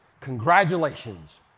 congratulations